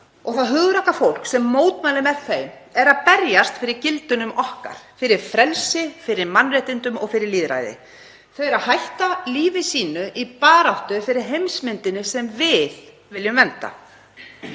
og það hugrakka fólk sem mótmælir með þeim eru að berjast fyrir gildunum okkar, fyrir frelsi, fyrir mannréttindum og fyrir lýðræði. Þau eru að hætta lífi sínu í baráttu fyrir heimsmyndinni sem við viljum vernda.